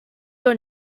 your